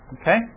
Okay